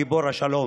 גיבור השלום.